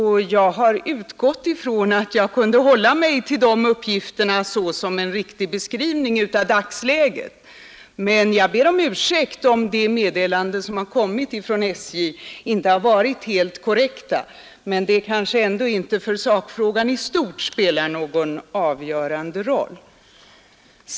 Jag har utgått från att jag kunde hålla mig till de uppgifterna och att de var en riktig beskrivning av dagsläget. Men jag ber om ursäkt om det meddelande som har kommit från SJ inte har varit helt korrekt. För trafikfrågan i stort spelar det dock knappast någon avgörande roll.